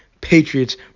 Patriots